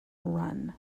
run